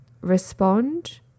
respond